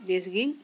ᱵᱮᱥᱜᱤᱧ